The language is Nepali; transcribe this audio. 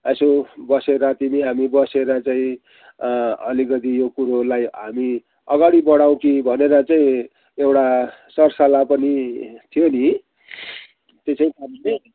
यसो बसेर तिमी हामी बसेर चाहिँ अलिकति यो कुरोलाई हामी अगाडि बढाऔँ कि भनेर चाहिँ एउटा सर सल्लाह पनि थियो नि त्यो चाहिँ